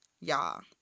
y'all